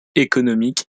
économique